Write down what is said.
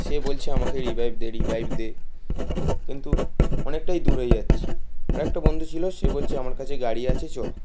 সে বলছে আমাকে রিভাইভ দে রিভাইভ দে কিন্তু অনেকটাই দূর হয়ে যাচ্ছে আরেকটা বন্ধু ছিলো সে বলছে আমার কাছে গাড়ি আছে চ